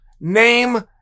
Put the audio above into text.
Name